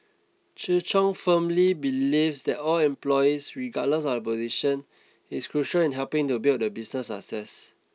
Chi Chung firmly believes that all employees regardless of position is crucial in helping to build the business success